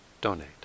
donate